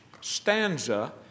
stanza